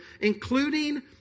including